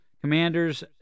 Commanders